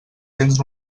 cents